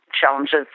challenges